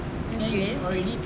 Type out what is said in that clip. okay